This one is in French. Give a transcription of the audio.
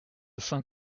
saint